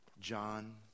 John